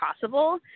possible